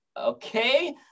okay